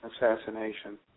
assassination